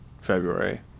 February